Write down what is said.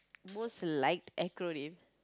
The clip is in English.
most liked acronym